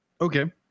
Okay